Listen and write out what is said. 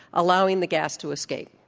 allowing the gas to escape.